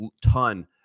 ton